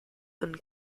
and